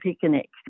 picnic